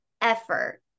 effort